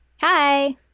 Hi